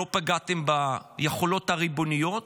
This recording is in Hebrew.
לא פגעתם ביכולות הריבוניות,